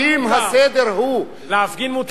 אם הסדר הוא, להפגין מותר.